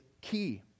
key